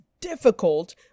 difficult